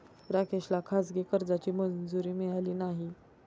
राकेशला खाजगी कर्जाची मंजुरी मिळाली नाही